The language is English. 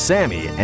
Sammy